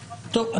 טוב.